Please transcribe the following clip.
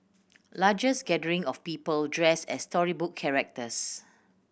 largest gathering of people dressed as storybook characters